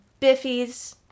Biffies